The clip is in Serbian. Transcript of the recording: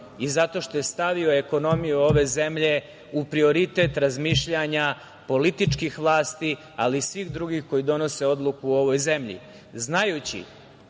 i zato što je stavio ekonomiju ove zemlje u prioritet razmišljanja političkih vlasti, ali i svih drugih koji donose odluku u ovoj